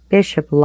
Bishop